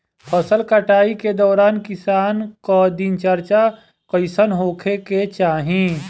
फसल कटाई के दौरान किसान क दिनचर्या कईसन होखे के चाही?